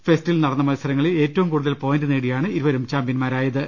ഫെസ്റ്റിൽ നടന്ന മ്ത്സരങ്ങളിൽ ഏറ്റവും കൂടു തൽ പോയിന്റ് നേടിയാണ് ഇരുവരും പ്രാമ്പ്യന്മാരായത്